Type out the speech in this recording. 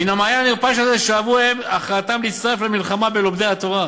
מן המעיין הנרפש הזה שאבו הם את הכרעתם להצטרף למלחמה בלומדי התורה.